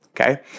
okay